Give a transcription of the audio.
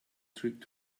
trick